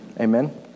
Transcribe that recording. Amen